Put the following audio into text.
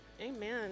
amen